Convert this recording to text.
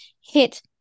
hit